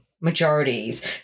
Majorities